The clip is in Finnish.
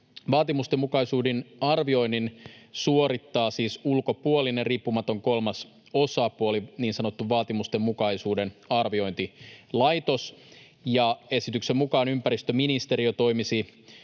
Vaatimustenmukaisuuden arvioinnin suorittaa siis ulkopuolinen riippumaton kolmas osapuoli, niin sanottu vaatimustenmukaisuuden arviointilaitos. Esityksen mukaan ympäristöministeriö toimisi